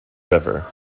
river